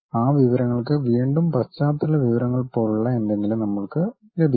ആ വിവരങ്ങൾക്ക് വീണ്ടും പശ്ചാത്തല വിവരങ്ങൾ പോലുള്ള എന്തെങ്കിലും നമ്മൾക്ക് ലഭിക്കും